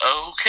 Okay